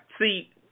see